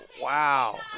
Wow